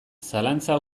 zalantza